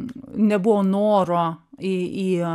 nebuvo noro į į